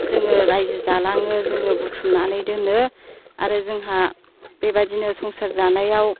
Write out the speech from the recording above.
जोङो रायजो जालाङो जोङो बुथुमनानै दोनो आरो जोंहा बेबायदिनो संसार जानायाव